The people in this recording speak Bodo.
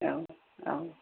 औ औ